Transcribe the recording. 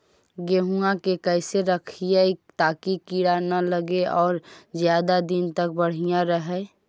गेहुआ के कैसे रखिये ताकी कीड़ा न लगै और ज्यादा दिन तक बढ़िया रहै?